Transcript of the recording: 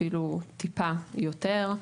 אפילו טיפה יותר.